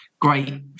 great